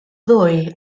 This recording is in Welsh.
ddwy